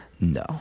No